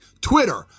Twitter